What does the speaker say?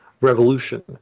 revolution